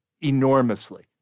enormously